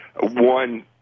One